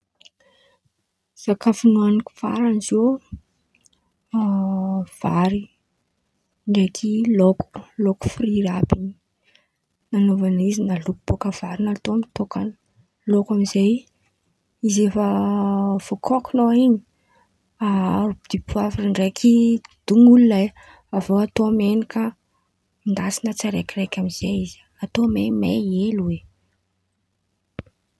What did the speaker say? Sakafo nohan̈iko faran̈y ziô: vary ndraiky laôko, laôko firiry in̈y àby in̈y. Nanaovan̈ana izy: naloky baka vary natao mitôkan̈a, laôko amy zay, izy efa vôkaokon̈ao in̈y aharo dipoavra ndraiky dongolo lay, avô atao menaka, endasin̈a tsiraikaraiky amy zay izy, atao maimay hely oe.